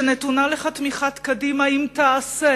נתונה לך תמיכת קדימה אם תעשה